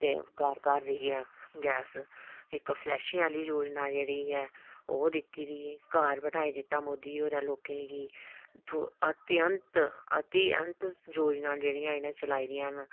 ते घर घर जाइयै गैस इक फलेशे आह्ली योजना जेह्ड़ी ऐ ओह् दित्ती घर बनाई दित्ता मोदी होरें लोकें गी अतीअंत योजना न जेह्ड़ियां इं'नें चलाई दियां न